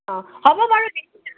অ' হ'ব বাৰু